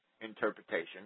interpretation